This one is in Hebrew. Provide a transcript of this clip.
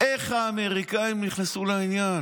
איך האמריקאים נכנסו לעניין?